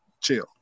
chill